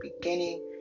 beginning